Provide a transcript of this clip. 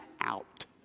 out